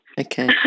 Okay